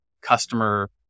customer